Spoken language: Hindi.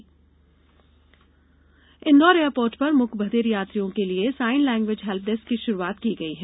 एयरपोर्ट इंदौर एयरपोर्ट पर मूक बधिर यात्रियों के लिए साइन लैंग्वेज हेल्पडेस्क की शुरुआत की गई है